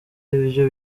ivyo